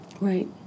right